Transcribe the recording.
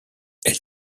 elle